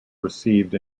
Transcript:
received